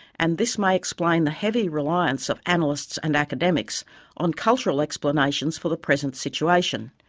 and this may explain the heavy reliance of analysts and academics on cultural explanations for the present situation.